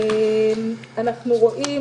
אנחנו רואים